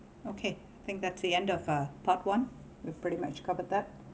okay think that's the end of uh part one with pretty much covered that